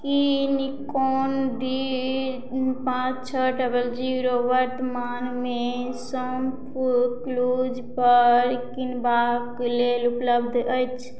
ई Nikon D पाँच छओ double zero वर्त्तमानमे शॉपक्लूज पर किनबाक लेल उपलब्ध अछि